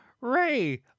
Ray